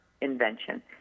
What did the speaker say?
invention